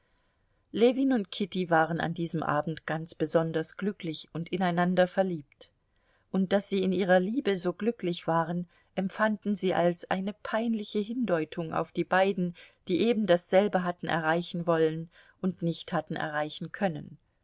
ljewin und kitty waren an diesem abend ganz besonders glücklich und ineinander verliebt und daß sie in ihrer liebe so glücklich waren empfanden sie als eine peinliche hindeutung auf die beiden die ebendasselbe hatten erreichen wollen und nicht hatten erreichen können